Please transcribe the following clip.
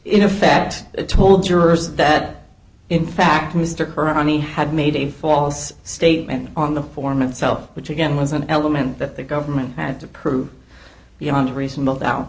that told jurors that in fact mr kearney had made a false statement on the form itself which again was an element that the government had to prove beyond a reasonable doubt